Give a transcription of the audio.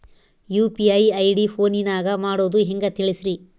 UPI ID ಫೋನಿನಾಗ ಮಾಡೋದು ಹೆಂಗ ತಿಳಿಸ್ರಿ?